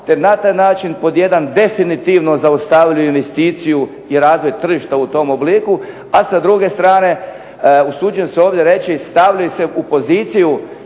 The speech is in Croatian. te na taj način pod jedan definitivno zaustavljaju investiciju i razvoj tržišta u tom obliku, a sa druge strane usuđujem se ovdje reći stavljaju se u poziciju